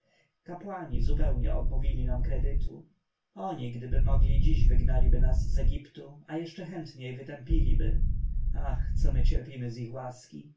kapłani zupełnie odmówili nam kredytu oni gdyby mogli dziś wygnaliby nas z egiptu a jeszcze chętniej wytępiliby ach co my cierpimy z ich łaski